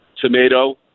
tomato